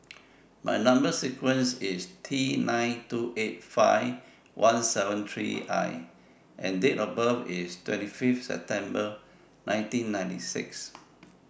Number sequence IS T nine two eight five one seven three I and Date of birth IS twenty five September nineteen ninety six